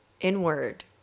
inward